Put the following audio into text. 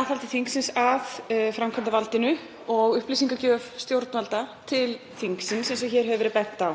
aðhaldi þingsins að framkvæmdarvaldinu og upplýsingagjöf stjórnvalda til þingsins, eins og hér hefur verið bent á.